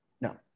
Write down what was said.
No